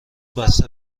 بسته